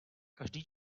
každý